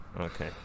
Okay